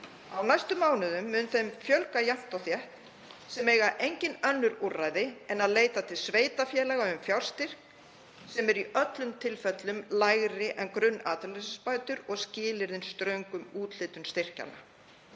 Á næstu mánuðum mun þeim fjölga jafnt og þétt sem eiga engin önnur úrræði en að leita til sveitarfélaga um fjárstyrk sem er í öllum tilfellum lægri en grunnatvinnuleysisbætur og skilyrðin ströng um úthlutun styrkjanna.